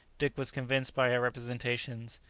dick was convinced by her representations,